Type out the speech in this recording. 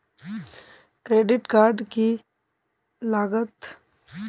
Credit card की लागत?